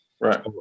Right